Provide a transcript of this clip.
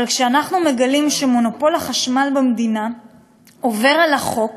אבל כשאנחנו מגלים שמונופול החשמל במדינה עובר על החוק